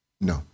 No